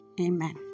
Amen